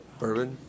Bourbon